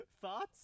Thoughts